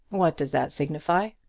what does that signify?